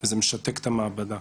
וזה משתק את המעבדה.